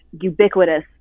ubiquitous